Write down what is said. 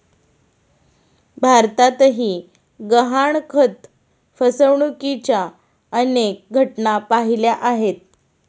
भारतातही गहाणखत फसवणुकीच्या अनेक घटना पाहिल्या आहेत